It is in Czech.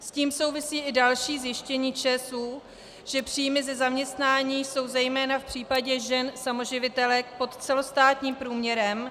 S tím souvisí i další zjištění ČSÚ, že příjmy ze zaměstnání jsou zejména v případě žen samoživitelek pod celostátním průměrem.